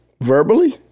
verbally